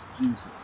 jesus